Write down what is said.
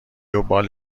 بالت